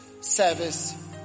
service